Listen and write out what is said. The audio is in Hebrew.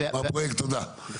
מר פרויקט, תודה.